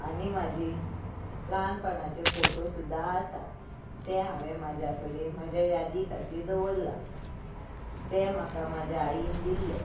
आनी म्हजी ल्हानपणाचे फोटो सुद्दां आसात ते हांवें म्हज्या कडेन म्हज्या यादी खातीर दवरला तें म्हाका म्हज्या आईन दिल्ले